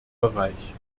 bereich